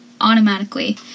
automatically